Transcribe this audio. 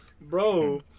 Bro